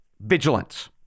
vigilance